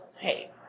Hey